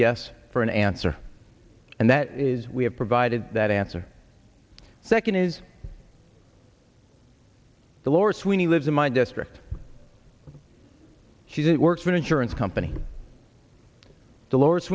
yes for an answer and that is we have provided that answer second is the lower sweeney lives in my district she didn't work for an insurance company delores